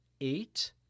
eight